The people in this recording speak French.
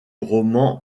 roman